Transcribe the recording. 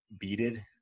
beaded